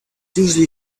usually